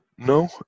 No